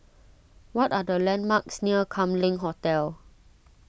what are the landmarks near Kam Leng Hotel